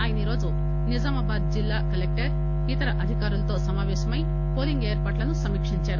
ఆయన ఈరోజు నిజామాబాద్ లో జిల్లా కలెక్లర్ఇతర అధికారులతో సమాపేశమై పోలింగ్ ఏర్పాట్లను సమీక్షించారు